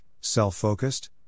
self-focused